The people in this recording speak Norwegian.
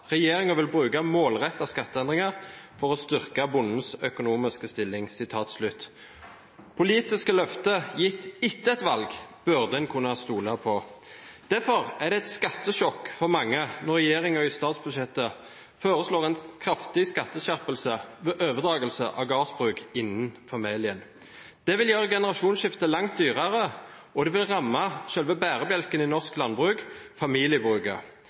vil bruke målrettede skatteendringer for å styrke bondens økonomiske stilling.» Politiske løfter gitt etter et valg burde en kunne stole på. Derfor er det et skattesjokk for mange når regjeringen i statsbudsjettet foreslår en kraftig skatteskjerpelse ved overdragelse av gårdsbruk innen familien. Det vil gjøre generasjonsskifter langt dyrere, og det vil ramme selve bærebjelken i norsk landbruk: